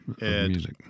music